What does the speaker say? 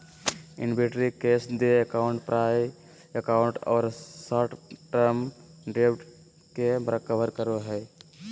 inventory cash देय account प्राप्य account और शॉर्ट टर्म डेब्ट के कवर करो हइ